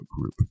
group